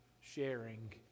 sharing